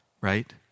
right